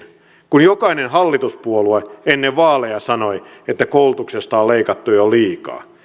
kun jokainen hallituspuolue ennen vaaleja sanoi että koulutuksesta on leikattu jo liikaa